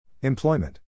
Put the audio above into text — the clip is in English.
Employment